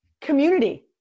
Community